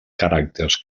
caràcters